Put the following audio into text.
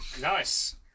Nice